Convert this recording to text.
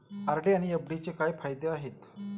RD आणि एफ.डीचे काय फायदे आहेत?